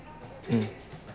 mm